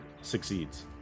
succeeds